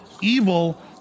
evil